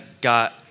got